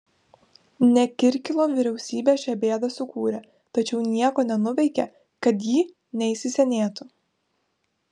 ne kirkilo vyriausybė šią bėdą sukūrė tačiau nieko nenuveikė kad ji neįsisenėtų